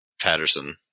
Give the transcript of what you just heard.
Patterson